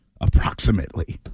approximately